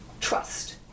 trust